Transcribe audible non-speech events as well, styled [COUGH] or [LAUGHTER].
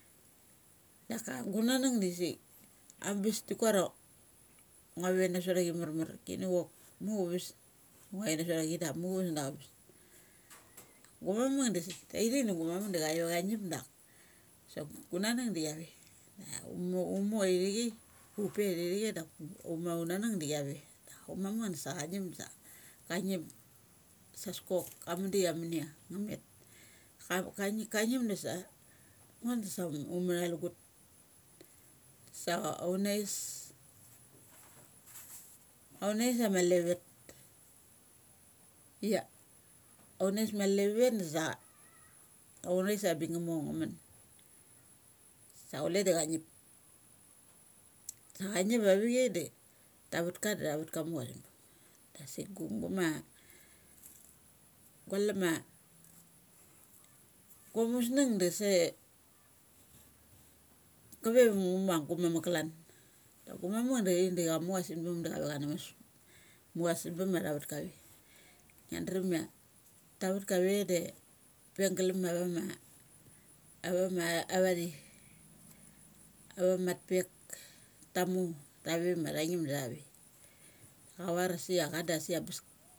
Daka gu n na nuk dasik am bes ti kuar a ngua ve na sot achi marmar kini chok muchuves. Ngu ait na sot a chi da gu ma muk dasik da chave cha ngip da sa gunanuk da chi ave. [NOISE] ia um umo ithi chai upe thatthik dak uma un namuk da chi ave. Da um mamuk dasa cha ngip dasa ka ngip sas kok amadik am munia a nga met. Kam ka ngip dasa ngo das ngua mat a lugut sa a aunais. Aun nais ama lavavet. Ia aunais ma la va vet dasa anguthais a bik nga mor nga mun sa chule da cha muk ia sanbam. Dasik gu, gums gualama gua musnung da sai kave ia gu gumamuk klan. Da gu mamuk da ithik da cha muk pe ia sanbam da chave chan a mas. Muk ia sanbam ma tha vat ka ve. Ngia dremia ta vet kave da pe galam ava ma, ava ma athe. Avamat pek tamu tave ma tha ngip da tha ve. Ka var as ia ka dasik am bes.